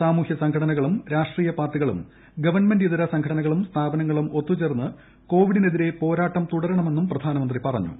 സാമൂഹ്യ സംഘടനകളും രാഷ്ട്രീയ പാർട്ടികളും ഗ്വൺമെന്റിതര സംഘടനകളും സ്ഥാപനങ്ങളും ഒത്തുചേർന്ന് കോവിഡിനെതിരെ പോരാട്ടം തുടരണമെന്നും പ്രധാനീമന്ത്രി പറഞ്ഞു